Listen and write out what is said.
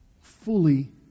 fully